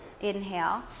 Inhale